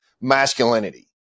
masculinity